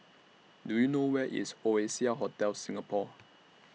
Do YOU know Where IS Oasia Hotel Singapore